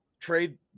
trade